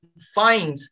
find